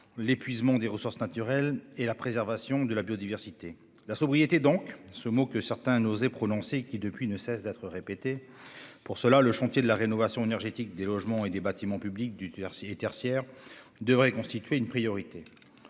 l'épuisement des ressources naturelles et la préservation de la biodiversité. Il nous faut donc aller vers davantage de sobriété, ce mot que certains n'osaient prononcer et qui, désormais, ne cesse d'être répété. Pour cela, le chantier de la rénovation énergétique des logements et des bâtiments publics et tertiaires devrait constituer une priorité.